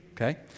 okay